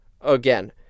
Again